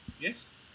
yes